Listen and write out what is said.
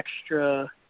extra